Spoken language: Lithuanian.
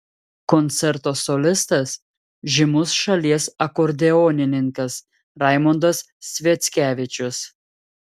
koncerto solistas žymus šalies akordeonininkas raimondas sviackevičius